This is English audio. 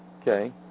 okay